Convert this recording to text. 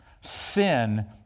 sin